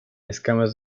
escamas